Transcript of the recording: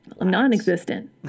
non-existent